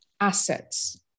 assets